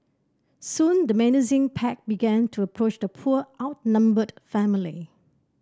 soon the menacing pack began to approach the poor outnumbered family